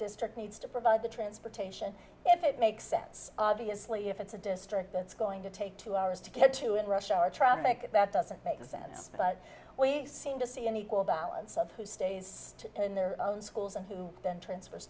district needs to provide the transportation if it makes sense obviously if it's a district that's going to take two hours to get to at rush hour traffic that doesn't make sense but we seem to see any quote balance of who stays in their own schools and who then transfers